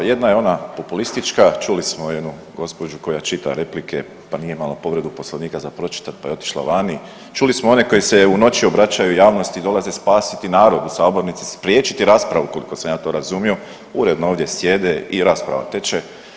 Jedna je ona populistička, čuli smo jednu gospođu koja čita replike pa nije imala povredu Poslovnika za pročitat pa je otišla vani, čuli smo one koji se u noći obraćaju javnosti i dolaze spasiti narod, u sabornici spriječiti raspravu koliko sam ja to razumio, uredno ovdje sjede i rasprava teče.